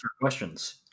questions